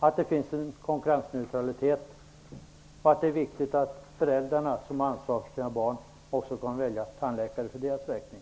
att det finns en konkurrensneutralitet och att det är viktigt att föräldrarna, som har ansvar för sina barn, också kan välja tandläkare för deras räkning.